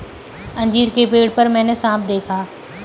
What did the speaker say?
अंजीर के पेड़ पर मैंने साँप देखा